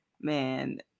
Man